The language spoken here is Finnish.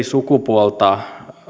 sukupuolta